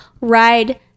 ride